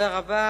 תודה רבה.